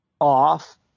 off